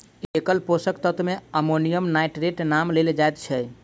एकल पोषक तत्व मे अमोनियम नाइट्रेटक नाम लेल जाइत छै